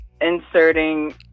Inserting